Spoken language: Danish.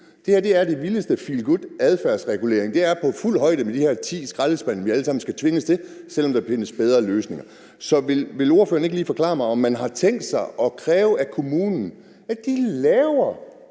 Det her er den vildeste feel good-adfærdsregulering. Det er på fuld højde med de her ti skraldespande, vi alle sammen skal tvinges til at bruge, selv om der findes bedre løsninger. Så vil ordføreren ikke lige forklare mig, om man har tænkt sig at kræve af kommunen, at